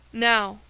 now,